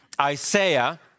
Isaiah